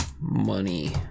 money